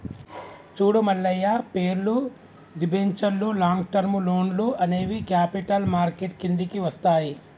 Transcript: చూడు మల్లయ్య పేర్లు, దిబెంచర్లు లాంగ్ టర్మ్ లోన్లు అనేవి క్యాపిటల్ మార్కెట్ కిందికి వస్తాయి